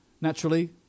Naturally